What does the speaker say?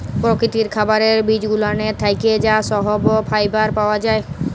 পরকিতির খাবারের বিজগুলানের থ্যাকে যা সহব ফাইবার পাওয়া জায়